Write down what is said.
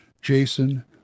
Jason